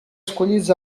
escollits